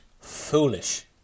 foolish